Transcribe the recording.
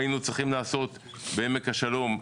בעמק השלום,